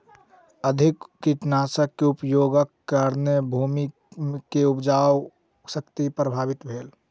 अधिक कीटनाशक के उपयोगक कारणेँ भूमि के उपजाऊ शक्ति प्रभावित भेल